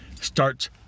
starts